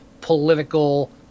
political